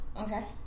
Okay